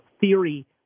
theory